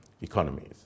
economies